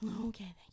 Okay